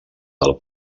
del